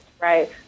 right